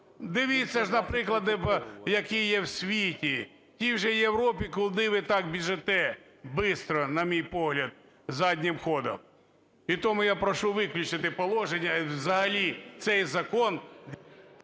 Дивіться ж на приклади, які є в світі, у тій же Європі, куди ви так біжите бистро, на мій погляд, заднім ходом. І тому я прошу виключити положення, взагалі цей закон.